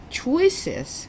choices